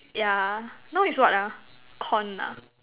ya now is what ah corn nah